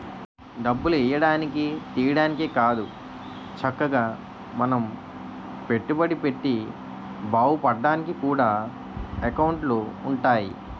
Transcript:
డబ్బులు ఎయ్యడానికి, తియ్యడానికే కాదు చక్కగా మనం పెట్టుబడి పెట్టి బావుపడ్డానికి కూడా ఎకౌంటులు ఉంటాయి